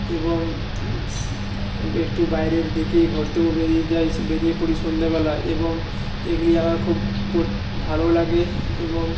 এবং একটু বাইরের দিকে ঘুরতেও বেরিয়ে যাই বেরিয়ে পড়ি সন্ধেবেলায় এবং এগুলি আমার খুব কর ভালোও লাগে এবং